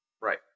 Right